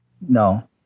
No